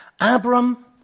Abram